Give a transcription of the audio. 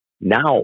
now